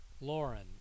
Lauren